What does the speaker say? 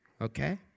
Okay